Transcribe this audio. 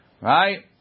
Right